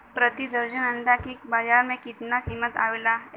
प्रति दर्जन अंडा के बाजार मे कितना कीमत आवेला?